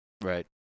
Right